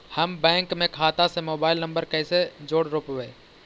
हम बैंक में खाता से मोबाईल नंबर कैसे जोड़ रोपबै?